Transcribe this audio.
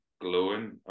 glowing